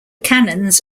canons